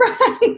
Right